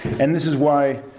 and this is why